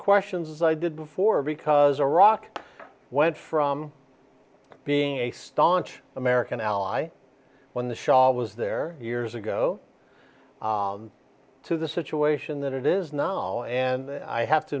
questions as i did before because iraq went from being a staunch american ally when the shah was there years ago to the situation that it is now and i have to